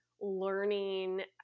learning